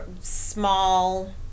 small